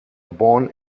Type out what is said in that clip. born